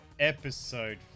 Episode